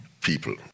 people